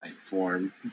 form